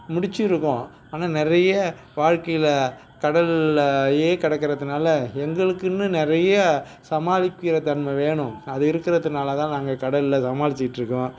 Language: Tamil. முடிச்சிருக்கோம் ஆனால் நிறைய வாழ்க்கையில் கடல்லயே கடக்கறதுனால எங்களுக்குன்னு நிறைய சமாளிக்கிற தன்மை வேணும் அது இருக்கறதுனால தான் நாங்கள் கடல்ல சமாளிச்சிக்கிட்டிருக்கோம்